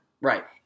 Right